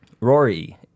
Rory